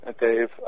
Dave